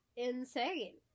Insane